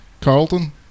Carlton